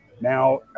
Now